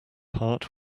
heart